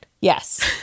Yes